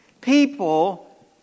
people